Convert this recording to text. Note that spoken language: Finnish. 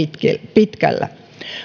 pitkällä